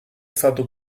stato